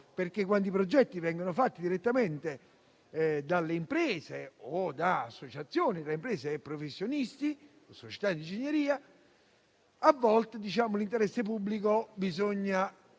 quando i progetti vengono realizzati direttamente da imprese, associazioni tra imprese e professionisti e società di ingegneria, a volte l'interesse pubblico bisogna